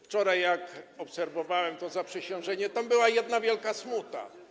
Wczoraj, jak obserwowałem to zaprzysiężenie, to tam była jedna wielka smuta.